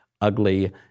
ugly